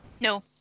No